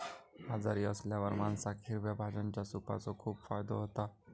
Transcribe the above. आजारी असल्यावर माणसाक हिरव्या भाज्यांच्या सूपाचो खूप फायदो होता